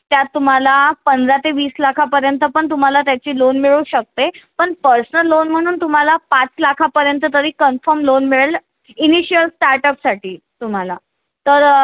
त्यात तुम्हाला पंधरा ते वीस लाखापर्यंत पण तुम्हाला त्याची लोन मिळू शकते पण पर्सनल लोन म्हणून तुम्हाला पाच लाखापर्यंत तरी कन्फर्म लोन मिळेल इनिशिअल स्टार्टअपसाठी तुम्हाला तर